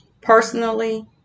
Personally